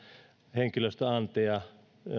henkilöstöantia